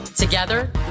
Together